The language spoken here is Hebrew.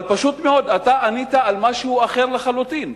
אבל פשוט מאוד אתה ענית על משהו אחר לחלוטין,